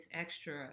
extra